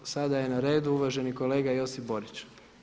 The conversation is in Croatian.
Sada je na redu uvaženi kolega Josip Borić.